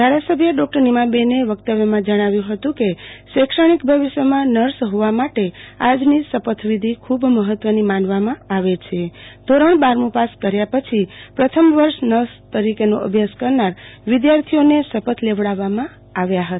ધારાસભ્ય ડોક્ટર નીમાબેનએ વકવ્યમાં જણાવ્યુ હતુ કે શૈક્ષણિક ભવિષ્યમાં નર્સ હોવા માટે આજની શપથવિધી ખુબ મહત્વની માનવામાં આવે છે ધોરણ બારમું પાસ કર્યા પછી પ્રથમ વર્ષ નર્સ તરીકેનો અભ્યાસ કરનાર વિધાર્થીઓને શપથ લેવડાવવામાં આવ્યા હતા